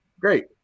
great